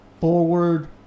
forward